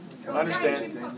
Understand